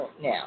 now